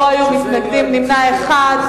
לא היו מתנגדים, נמנע אחד.